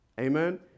amen